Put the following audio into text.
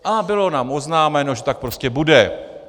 A bylo nám oznámeno, že tak prostě bude.